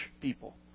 people